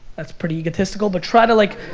that's pretty egotistical but try to like,